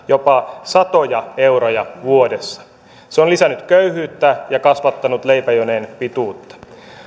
jopa satoja euroja vuodessa se on lisännyt köyhyyttä ja kasvattanut leipäjonojen pituutta